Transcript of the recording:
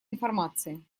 информации